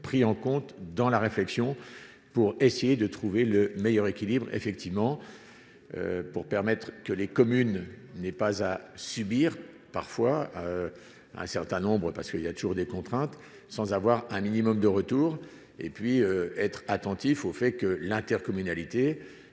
pris en compte dans la réflexion pour essayer de trouver le meilleur équilibre effectivement pour permettre que les communes n'aient pas à subir parfois un certain nombre, parce qu'il y a toujours des contraintes sans avoir un minimum de retour et puis être attentif au fait que l'intercommunalité